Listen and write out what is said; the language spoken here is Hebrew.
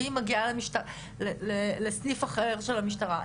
והיא מגיעה נגיד לסניף אחר של המשטרה,